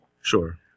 Sure